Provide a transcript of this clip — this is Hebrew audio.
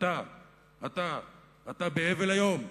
אתה באבל היום?